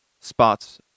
spots